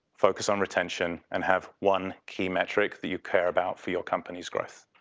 focus on retention and have one key metric that you care about for your company's growth.